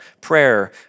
prayer